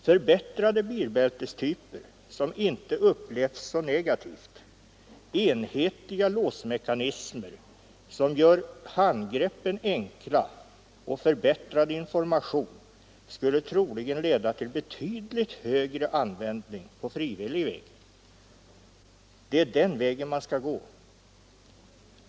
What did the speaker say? Förbättrade bältestyper som inte upplevs som negativa, enhetliga låsmekanismer som gör handgreppen enkla och förbättrad information skulle troligen leda till en betydligt högre användning av bilbälte på frivillig väg. Det är den vägen man skall gå.